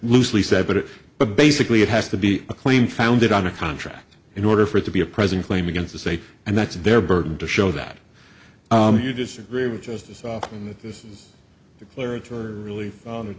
loosely said but it but basically it has to be a claim founded on a contract in order for it to be a present claim against the safe and that's their burden to show that you disagree with justice often that this is the clerics are really